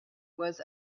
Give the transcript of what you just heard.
was